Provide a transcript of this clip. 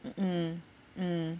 mm mm